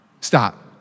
Stop